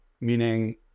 meaning